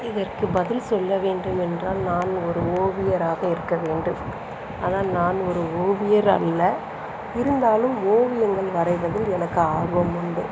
இதற்கு பதில் சொல்ல வேண்டுமென்றால் நான் ஒரு ஓவியராக இருக்க வேண்டும் ஆனால் நான் ஒரு ஓவியர் அல்ல இருந்தாலும் ஓவியங்கள் வரைவதில் எனக்கு ஆர்வம் உண்டு